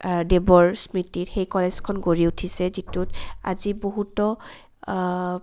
দেৱৰ স্মৃতিত সেই কলেজখন গঢ়ি উঠিছে যিটোত আজি বহুতো